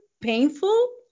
painful